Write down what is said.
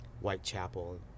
Whitechapel